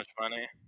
money